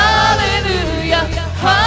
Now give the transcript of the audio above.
Hallelujah